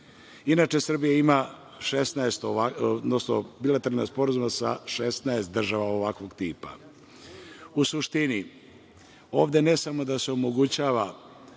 Inače, Srbija ima bilateralnih sporazuma sa 16 država ovakvog tipa. U suštini, ovde ne samo da se omogućava